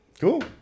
Cool